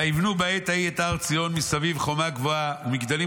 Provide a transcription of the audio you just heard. ויבנו בעת ההיא את הר ציון מסביב חומה גבוהה ומגדלים